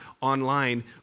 online